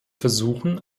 versuchen